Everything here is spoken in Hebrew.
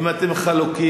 אם אתם חלוקים,